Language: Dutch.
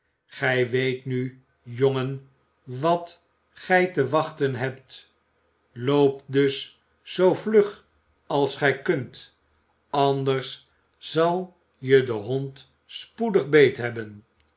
gij weet nu jongen wat gij te wachten hebt loopt dus zoo vlug als gij kunt anders zal je de hond spoedig beethebben